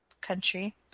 country